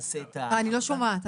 יעשה --- אני לא שומעת.